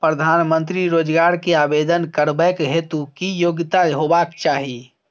प्रधानमंत्री रोजगार के आवेदन करबैक हेतु की योग्यता होबाक चाही?